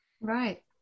Right